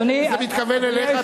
זה מתכוון אליך.